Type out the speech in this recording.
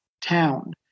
town